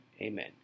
Amen